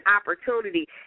opportunity